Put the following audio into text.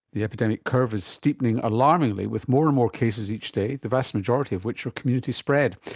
the epidemic curve is steepening alarmingly with more and more cases each day, the vast majority of which are community spread.